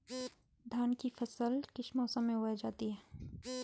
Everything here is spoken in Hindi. धान की फसल किस मौसम में उगाई जाती है?